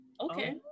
Okay